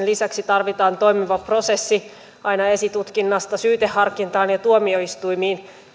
lisäksi tarvitaan toimiva prosessi aina esitutkinnasta syyteharkintaan ja tuomioistuimiin